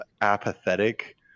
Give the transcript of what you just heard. apathetic